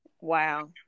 Wow